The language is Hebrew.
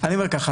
אני אומר ככה,